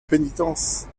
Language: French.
pénitence